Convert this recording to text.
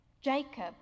Jacob